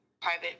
private